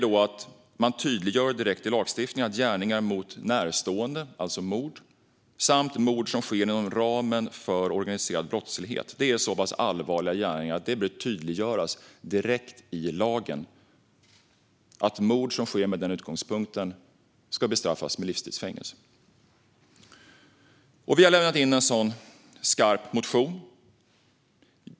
Man bör tydliggöra direkt i lagstiftningen att gärningar mot närstående - alltså mord - samt mord som sker inom ramen för organiserad brottslighet är så allvarliga gärningar att mord som sker med denna utgångspunkt ska bestraffas med livstids fängelse. Vi har lämnat in en sådan skarp motion.